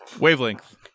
Wavelength